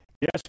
yes